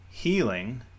Healing